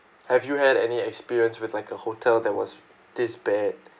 have you had any experience with like a hotel that was this bad